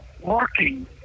working